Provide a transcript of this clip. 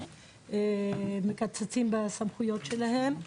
מקצצים בסמכויות שלהם,